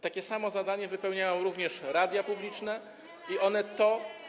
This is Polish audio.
Takie samo zadanie wypełniają również radia publiczne i one to.